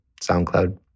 SoundCloud